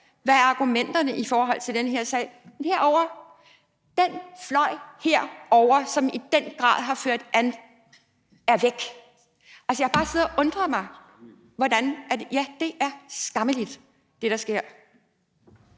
Hvad er argumenterne i forhold til den her sag? Den fløj herovre, som i den grad har ført an, er væk. Jeg har bare siddet og undret mig – og, ja, det, der sker,